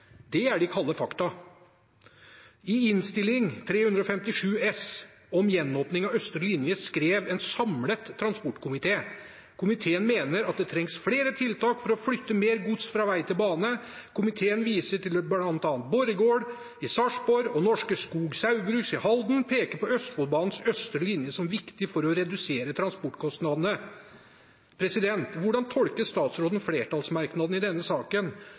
Det er de kalde fakta. I Innst. 357 S for 2018–2019, om gjenåpning av østre linje, skrev en samlet transportkomité: «Komiteen mener at det trengs flere tiltak for å flytte mer gods fra vei til bane. Komiteen viser til at bl.a. Borregaard i Sarpsborg og Norske Skog Saugbrugsforeningen i Halden peker på Østfoldbanens østre linje som viktig for å redusere transportkostnadene». Hvordan tolker statsråden flertallsmerknadene i denne saken?